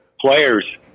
Players